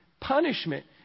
punishment